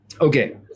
okay